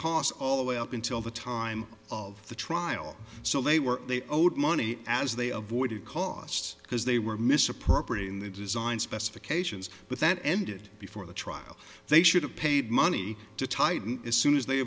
costs all the way up until the time of the trial so they were they owed money as they avoided costs because they were misappropriate in the design specifications but that ended before the trial they should have paid money to titan as soon as they